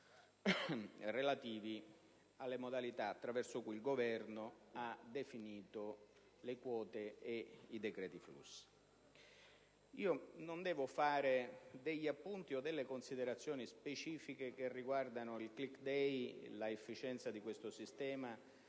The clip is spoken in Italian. relativi alle modalità attraverso cui il Governo ha definito le quote e i decreti flussi. Non intendo fare degli appunti o delle considerazioni specifiche che riguardino i *click day* e l'efficienza di questo sistema